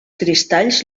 cristalls